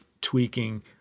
tweaking